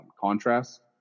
contrast